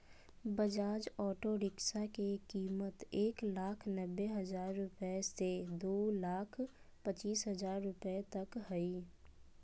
Bajaj auto rickshaw के कीमत एक लाख नब्बे हजार रुपया से दू लाख पचीस हजार रुपया तक हइ